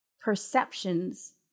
perceptions